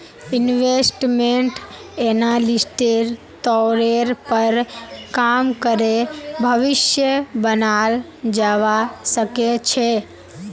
investment एनालिस्टेर तौरेर पर काम करे भविष्य बनाल जावा सके छे